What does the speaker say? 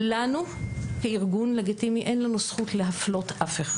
לנו כארגון לגיטימי אין לנו זכות להפלות אף אחד,